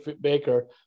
Baker